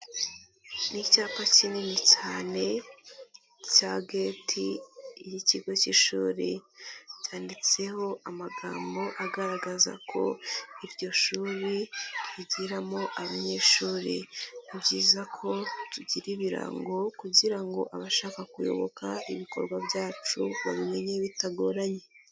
Ni icyapa kinini cyane cya gate y'ikigo cy'ishuri cyanyanditseho amagambo agaragaza ko iryo shuri ryigiramo abanyeshuri, ni byiza ko tugira ibirango kugira ngo abashaka kuyoboka ibikorwa byacu babimenye bitagoranye.